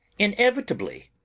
inevitably.